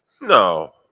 No